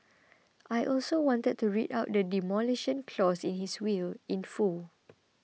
I also wanted to read out the Demolition Clause in his will in full